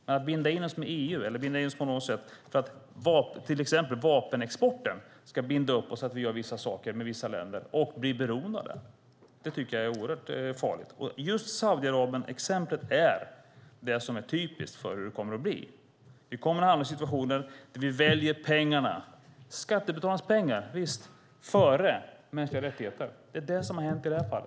Men att inom EU binda upp oss att göra vissa saker med vissa länder och bli beroende av det när det gäller till exempel vapenexporten tycker jag är oerhört farligt. Just exemplet med Saudiarabien är typiskt för hur det kommer att bli. Vi kommer att hamna i en situation där vi väljer skattebetalarnas pengar före mänskliga rättigheter. Det är det som har hänt i detta fall.